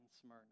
Smyrna